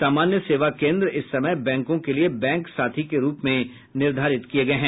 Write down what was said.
सामान्य सेवा केंद्र इस समय बैंकों के लिए बैंक साथी के रूप में निर्धारित किए गए हैं